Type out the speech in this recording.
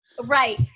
Right